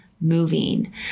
moving